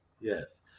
Yes